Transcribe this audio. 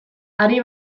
hari